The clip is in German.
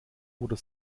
oder